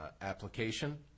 application